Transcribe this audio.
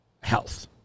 Health